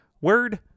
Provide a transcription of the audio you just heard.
word